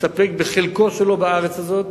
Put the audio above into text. יסתפק בחלקו שלו בארץ הזאת,